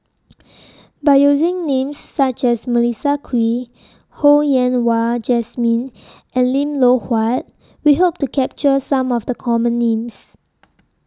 By using Names such as Melissa Kwee Ho Yen Wah Jesmine and Lim Loh Huat We Hope to capture Some of The Common Names